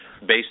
based